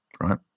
right